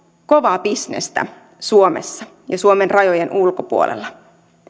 kovaa bisnestä suomessa ja suomen rajojen ulkopuolella